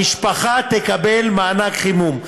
המשפחה תקבל מענק חימום.